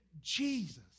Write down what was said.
Jesus